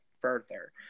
further